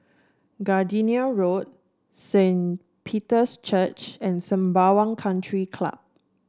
Gardenia Road Saint Peter's Church and Sembawang Country Club